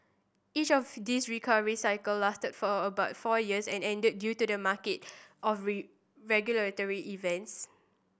each of these recovery cycle lasted for a about four years and ended due to market or regulatory events